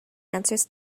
answers